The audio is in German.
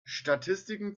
statistiken